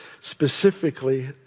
specifically